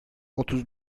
otuz